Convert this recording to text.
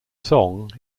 song